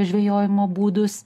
žvejojimo būdus